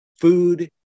food